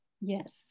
Yes